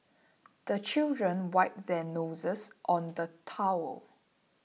the children wipe their noses on the towel